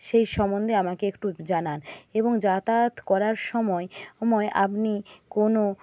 সেই সম্বন্ধে আমাকে একটু জানান এবং যাতায়াত করার সময় আপনি কোনও